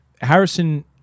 Harrison